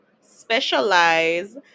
specialize